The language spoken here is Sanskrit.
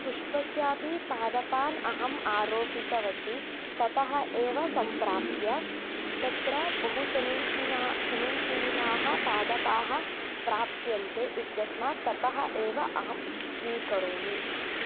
पुष्पस्यापि पादपान् अहं आरोपितवती ततः एव सम्प्राप्य तत्र बहु समीचिना समीचीनाः पादपाः प्राप्यन्ते इत्यस्मात् ततः एव अहं स्वीकरोमि